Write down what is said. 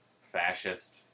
fascist